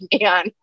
Man